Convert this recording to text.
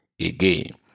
again